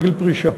לגיל פרישה.